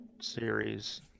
series